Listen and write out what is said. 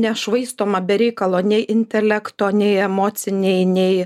nešvaistoma be reikalo nei intelekto nei emociniai nei